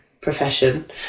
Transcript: profession